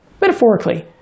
metaphorically